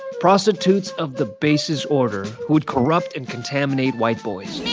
prostitutes of the basis order who would corrupt and contaminate white boys